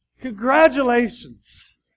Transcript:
Congratulations